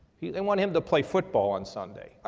they want him to play football on sunday.